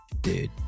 Dude